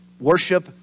worship